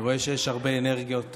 אני רואה שיש הרבה אנרגיות.